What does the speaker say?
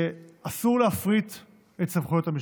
שאסור להפריט את סמכויות המשטרה,